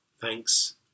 Thanks